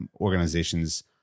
organizations